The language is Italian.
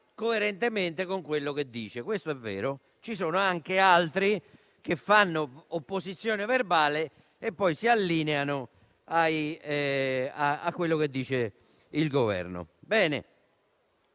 coerentemente con quello che dice. Questo è vero. Ci sono anche altri che fanno opposizione verbale e poi si allineano a quanto stabilisce il Governo.